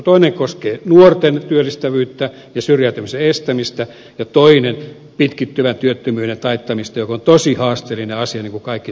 toinen koskee nuorten työllistämistä ja syrjäytymisen estämistä ja toinen pitkittyvän työttömyyden taittamista joka on tosi haasteellinen asia niin kuin kaikki tiedämme